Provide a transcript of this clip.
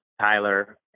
Tyler